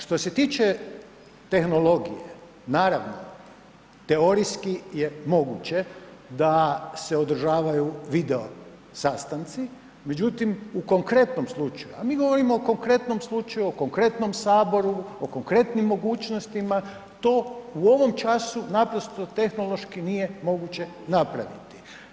Što se tiče tehnologije, naravno teorijski je moguće da se održavaju video sastanci, međutim u konkretnom slučaju, a mi govorimo o konkretnom slučaju, o konkretnom saboru, o konkretnim mogućnostima, to u ovom času naprosto tehnološki nije moguće napraviti.